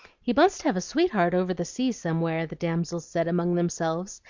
he must have a sweetheart over the sea somewhere, the damsels said among themselves,